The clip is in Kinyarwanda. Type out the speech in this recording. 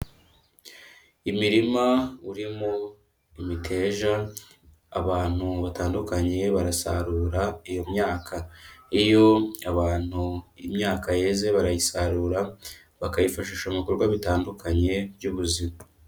Imirima urimo imiteja, abantu batandukanye barasarura iyo myaka, iyo abantu imyaka yeze barayisarura bakayifashisha mu bikorwa bitandukanye by'ubuzima.